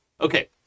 Okay